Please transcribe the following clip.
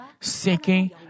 seeking